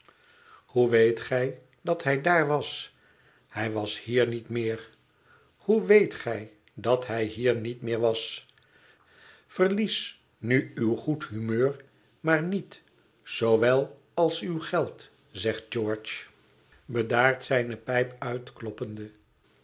hoe weet gij dat hij daar was hij was hier niet meer hoe weet gij dat hij hier niet meer was verlies nu uw goed humeur maar niet zoowel als uw geld zegt george mo het verlaten huis bedaard zijne pijp